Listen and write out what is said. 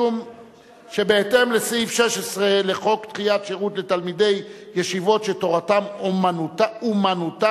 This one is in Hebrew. משום שבהתאם לסעיף 16 לחוק דחיית שירות לתלמידי ישיבות שתורתם אומנותם,